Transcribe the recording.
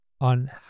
on